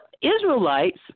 Israelites